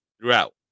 throughout